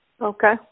Okay